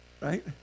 Right